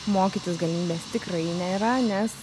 mokytis galimybės tikrai nėra nes